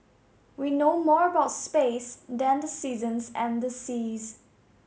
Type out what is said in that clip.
we know more about space than the seasons and the seas